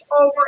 over